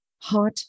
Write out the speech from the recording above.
Hot